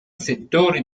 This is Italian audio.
settori